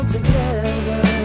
Together